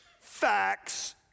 facts